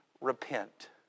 repent